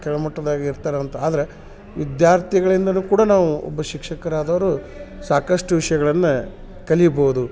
ಕೆಳಮಟ್ಟದಾಗೆ ಇರ್ತರೆ ಅಂತ ಆದರೆ ವಿದ್ಯಾರ್ಥಿಗಳಿಂದನು ಕೂಡ ನಾವು ಒಬ್ಬ ಶಿಕ್ಷಕ್ರಾದವರು ಸಾಕಷ್ಟು ವಿಷಯಗಳನ್ನ ಕಲಿಬೋದು